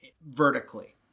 vertically